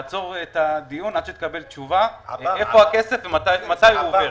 לעצור את הדיון עד שנקבל תשובה ונדע איפה הכסף ומתי הוא עובר.